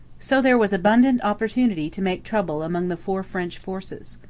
so there was abundant opportunity to make trouble among the four french forces.